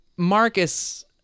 Marcus